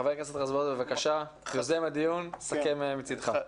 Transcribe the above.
חבר הכנסת רזבורוב, יוזם הדיון, סכם מצידך.